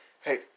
hey